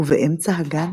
ובאמצע הגן